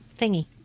thingy